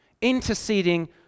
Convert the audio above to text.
interceding